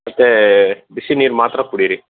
ಮತ್ತೆ ಬಿಸಿ ನೀರು ಮಾತ್ರ ಕುಡಿಯಿರಿ